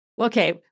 Okay